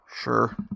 Sure